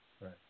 Right